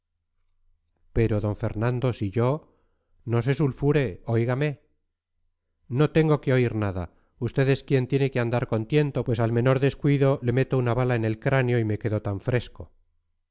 pero d fernando si yo no se sulfure óigame no tengo que oír nada usted es quien tiene que andar con tiento pues al menor descuido le meto una bala en el cráneo y me quedo tan fresco